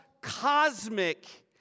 cosmic